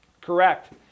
Correct